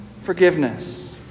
forgiveness